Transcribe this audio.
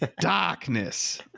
darkness